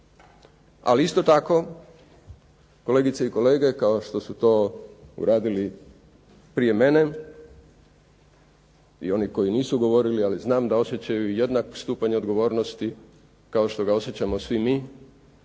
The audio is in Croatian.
Ali isto tako kolegice i kolege, kao što su to uradili prije mene i oni koji nisu govorili, ali znam da osjećaju jednak stupanj odgovornosti kao što ga osjećamo svi mi,